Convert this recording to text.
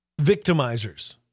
victimizers